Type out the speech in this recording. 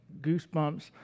goosebumps